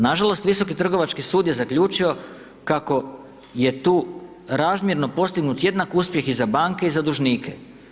Nažalost Visoki trgovački sud je zaključio kako je tu razmjerno postignut jednak uspjeh i za banke i za dužnike.